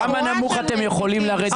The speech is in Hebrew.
כמה נמוך אתם יכולים לרדת?